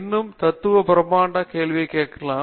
இன்னும் தத்துவ பிரம்மாண்டமான கேள்வி இருக்கலாம்